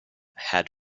had